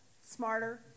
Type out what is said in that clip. smarter